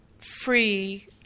free